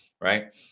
right